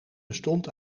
bestond